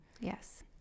yes